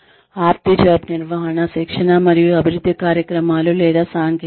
of the job నిర్వహణ శిక్షణ మరియు అభివృద్ధి కార్యక్రమాలు లేదా సాంకేతికత